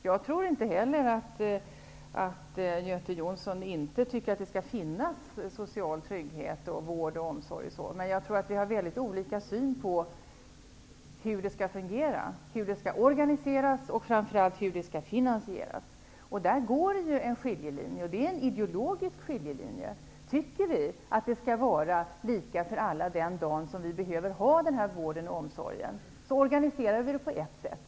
Jag tror inte heller att Göte Jonsson inte tycker att det skall finnas social trygghet, vård och omsorg, men vi har olika syn på hur det skall fungera, organiseras och framför allt finansieras. Där går det en skiljelinje, och den är ideologisk. Om vi tycker att det skall vara lika för alla den dag som vi behöver vården och omsorgen, så organiserar vi det på ett sätt.